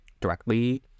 directly